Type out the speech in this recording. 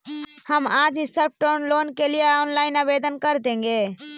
हम आज ही शॉर्ट टर्म लोन के लिए ऑनलाइन आवेदन कर देंगे